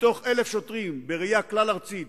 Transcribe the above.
מתוך 1,000 שוטרים בראייה כלל-ארצית,